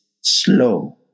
slow